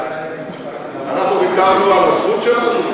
אנחנו ויתרנו על הזכות שלנו?